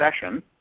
session